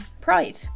Pride